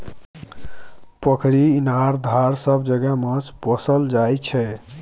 पोखरि, इनार, धार सब जगह माछ पोसल जाइ छै